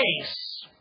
face